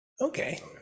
Okay